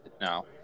now